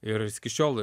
ir jis iki šiol